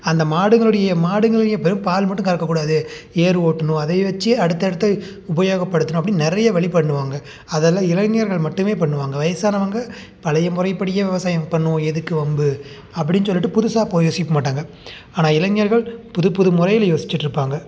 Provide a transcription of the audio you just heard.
அந்த மாடுங்களுடைய மாடுங்களில் வெறும் பால் மட்டும் கறக்கக்கூடாது ஏர் ஓட்டணும் அதை வச்சி அடுத்த அடுத்த உபயோகப்படுத்தணும் அப்படின் நிறைய வழி பண்ணுவாங்க அதெல்லாம் இளைஞர்கள் மட்டுமே பண்ணுவாங்க வயசானவங்க பழைய முறைப்படியே விவசாயம் பண்ணுவோம் எதுக்கு வம்பு அப்படின் சொல்லிவிட்டு புதுசாக போய் யோசிக்க மாட்டாங்க ஆனால் இளைஞர்கள் புது புது முறையில் யோசித்துட்ருப்பாங்க